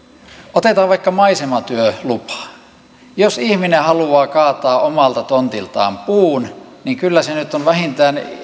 otetaan vaikka maisematyölupa jos ihminen haluaa kaataa omalta tontiltaan puun niin